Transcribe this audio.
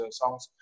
songs